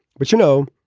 but, you know,